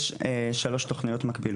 יש שלוש תוכניות מקבילות.